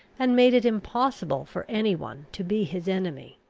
and made it impossible for any one to be his enemy.